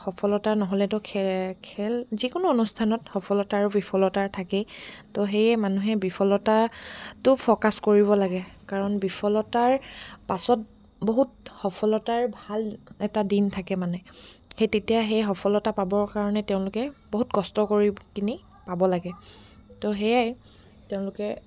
সফলতা নহ'লেতো খে খেল যিকোনো অনুষ্ঠানত সফলতা আৰু বিফলতাৰ থাকেই তো সেয়ে মানুহে বিফলতাটো ফ'কাছ কৰিব লাগে কাৰণ বিফলতাৰ পাছত বহুত সফলতাৰ ভাল এটা দিন থাকে মানে সেই তেতিয়া সেই সফলতা পাবৰ কাৰণে তেওঁলোকে বহুত কষ্ট কৰি কিনি পাব লাগে তো সেয়াই তেওঁলোকে